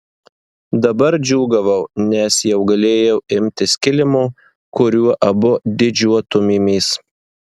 dabar džiūgavau nes jau galėjau imtis kilimo kuriuo abu didžiuotumėmės